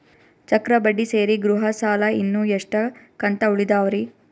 ಚಕ್ರ ಬಡ್ಡಿ ಸೇರಿ ಗೃಹ ಸಾಲ ಇನ್ನು ಎಷ್ಟ ಕಂತ ಉಳಿದಾವರಿ?